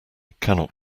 cannot